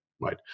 right